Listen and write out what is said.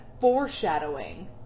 foreshadowing